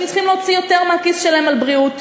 צריכים להוציא יותר מהכיס שלהם על בריאות,